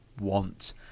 want